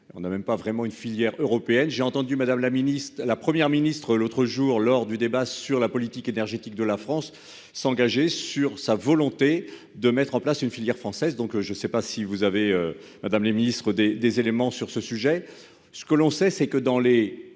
on a même pas vraiment une filière européenne j'ai entendu Madame la Ministre, la première ministre, l'autre jour, lors du débat sur la politique énergétique de la France s'engager sur sa volonté de mettre en place une filière française, donc je sais pas si vous avez Madame les ministres des des éléments sur ce sujet, ce que l'on sait, c'est que dans les